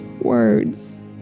words